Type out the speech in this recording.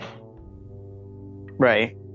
right